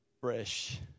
fresh